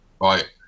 right